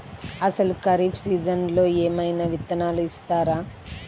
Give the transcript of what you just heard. అసలు ఖరీఫ్ సీజన్లో ఏమయినా విత్తనాలు ఇస్తారా?